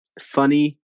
funny